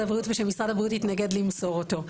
הבריאות ושמשרד הבריאות התנגד למסור אותו.